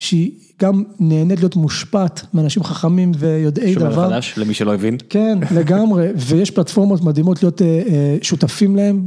‫שהיא גם נהנית להיות מושפעת ‫מאנשים חכמים ויודעי דבר. ‫שומר חדש, למי שלא הבין. ‫-כן, לגמרי. ‫ויש פלטפורמות מדהימות ‫להיות שותפים להן.